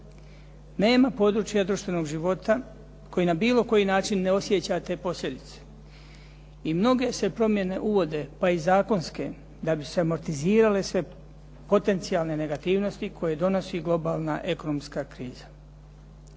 Nema područja društvenog života koji na bilo koji način ne osjeća te posljedice. I mnoge se promjene uvode, pa i zakonske da bi se amortizirale sve potencijalne negativnosti koje donosi globalna ekonomska kriza.